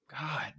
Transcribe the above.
god